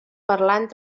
parlant